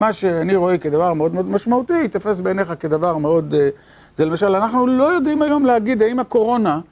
מה שאני רואה כדבר מאוד מאוד משמעותי, יתפס בעינייך כדבר מאוד... זה למשל, אנחנו לא יודעים היום להגיד, האם הקורונה...